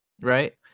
right